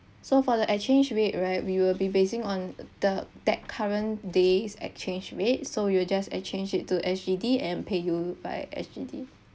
so for the exchange rate right we will be basing on the that current days exchange rate so we will just exchange into S_G_D and pay you by S_G_D